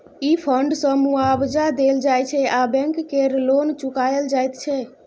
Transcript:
ई fund सँ मुआबजा देल जाइ छै आ बैंक केर लोन चुकाएल जाइत छै